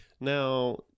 Now